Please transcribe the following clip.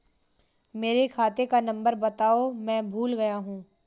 मेरे खाते का नंबर बताओ मैं भूल गया हूं